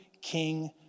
king